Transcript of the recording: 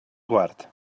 guard